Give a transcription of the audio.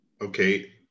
okay